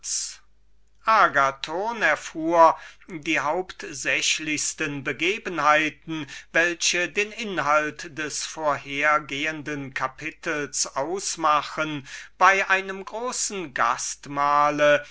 agathon erfuhr die hauptsächlichsten begebenheiten welche den inhalt des vorhergehenden kapitels ausmachen bei einem großen gastmahl